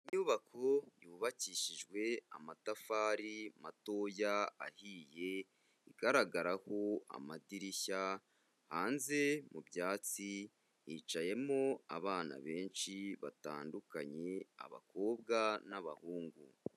Inyubako yubakishijwe amatafari matoya, ahiye, igaragaraho amadirishya, hanze mu byatsi hicayemo abana benshi batandukanye: abakobwa n'abahungu.